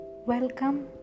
Welcome